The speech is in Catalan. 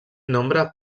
nombre